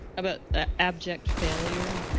about ah abject failure,